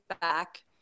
back